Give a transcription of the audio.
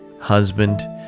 husband